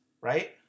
right